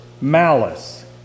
malice